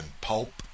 Pulp